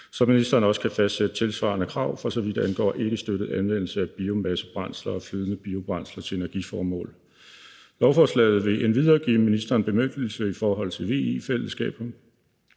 så ministeren også kan fastsætte tilsvarende krav, for så vidt angår ikkestøttet anvendelse af biomassebrændsler og flydende biobrændsler til energiformål. Lovforslaget vil endvidere give ministeren bemyndigelse i forhold til VE-fællesskaber,